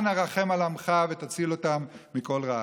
אנא, רחם על עמך ותציל אותם מכל רעה.